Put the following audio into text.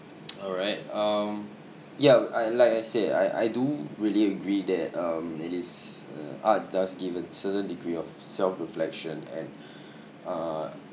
alright um yeah I like I said I I do really agree that um that is uh art does give a certain degree of self reflection and err